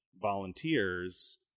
volunteers